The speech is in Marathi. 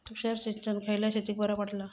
तुषार सिंचन खयल्या शेतीक बरा पडता?